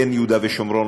כן יהודה ושומרון,